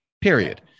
period